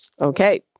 okay